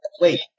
Wait